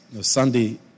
Sunday